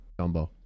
Dumbo